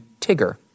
Tigger